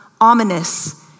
ominous